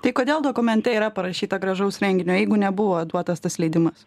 tai kodėl dokumente yra parašyta gražaus renginio jeigu nebuvo duotas tas leidimas